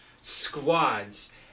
squads